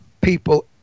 people